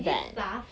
is it SARS